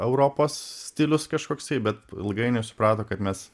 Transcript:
europos stilius kažkoksai bet ilgainiui suprato kad mes